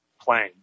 playing